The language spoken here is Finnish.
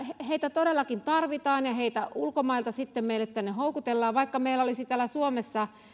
heitä todellakin tarvitaan ja heitä sitten ulkomailta meille tänne houkutellaan vaikka meillä olisi täällä suomessa jo